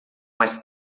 mais